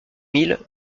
mille